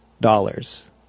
dollars